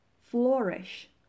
flourish